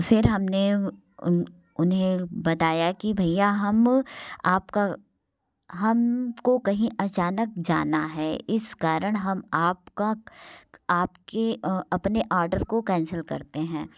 फिर हमने उन्हें बताया कि भईया हम आपका हम को कहीं अचानक जाना है इस कारण हम आपका आपके अपने ऑर्डर को कैंसिल करते हैं